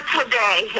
today